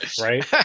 Right